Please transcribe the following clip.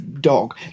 dog